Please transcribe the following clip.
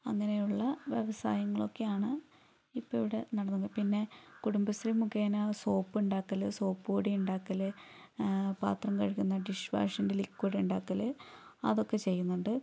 അങ്ങനെയുള്ള വ്യവസായങ്ങളൊക്കെയാണ് ഇപ്പോൾ ഇവിടെ നടക്കുന്നത് പിന്നെ കുടുംബശ്രീ മുഖേന സോപ്പ് ഉണ്ടാക്കല് സോപ്പ്പൊടി ഉണ്ടാക്കല് പാത്രം കഴുകുന്ന ഡിഷ്വാഷിൻ്റെ ലിക്വിഡ് ഉണ്ടാക്കല് അതൊക്കെ ചെയ്യുന്നുണ്ട്